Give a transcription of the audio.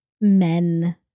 men